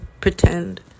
pretend